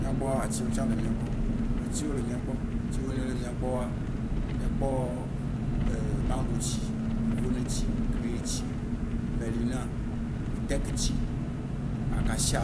Mía gbɔa, atsi wó tsã le mía gbɔ. Atsi wó le mía gbɔ. Atsi yio ne le mía gbɔa, míe kpɔ, mango tsi. yovone tsi, kini tsi, melina, tɛk tsi, acacia.